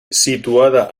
situada